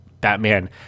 Batman